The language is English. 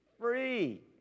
free